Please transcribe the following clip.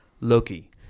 Loki